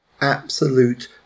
absolute